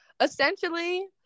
essentially